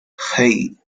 hey